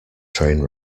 train